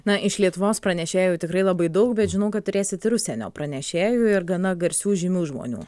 na iš lietuvos pranešėjų tikrai labai daug bet žinau kad turėsit ir užsienio pranešėjų ir gana garsių žymių žmonių